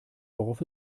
worauf